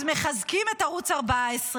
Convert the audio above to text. אז מחזקים את ערוץ 14,